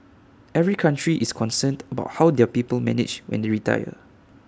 every country is concerned about how their people manage when they retire